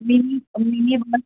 mini mini bus